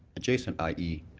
adjacent i d.